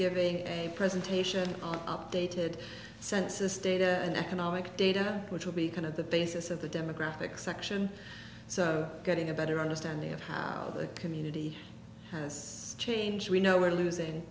giving a presentation on updated census data and economic data which will be kind of the basis of the demographic section so getting a better understanding of how the community has changed we know we're losing